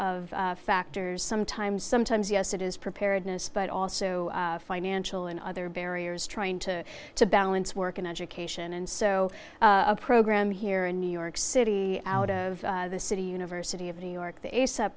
of factors sometimes sometimes yes it is preparedness but also financial and other barriers trying to to balance work and education and so a program here in new york city out of the city university of new york the